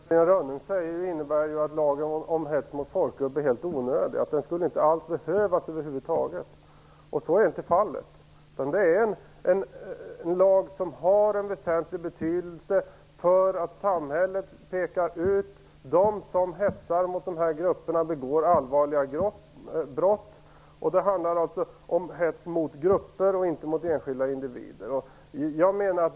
Herr talman! Det som Catarina Rönnung säger innebär ju att lagen om hets mot folkgrupp är helt onödig, att den inte alls skulle behövas över huvud taget. Men så är inte fallet. Det är en lag som har en väsentlig betydelse därför att samhället pekar ut att de som hetsar mot dessa grupper begår allvarliga brott. Lagen handlar alltså om hets mot grupper och inte mot enskilda individer.